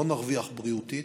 לא נרוויח בריאותית,